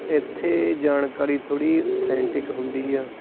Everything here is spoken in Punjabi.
ਇੱਥੇ ਜਾਣਕਾਰੀ ਥੋੜ੍ਹੀ ਔਥੈਂਟਿਕ ਹੁੰਦੀ ਆ